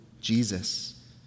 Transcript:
Jesus